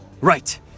Right